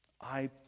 I